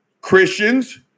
Christians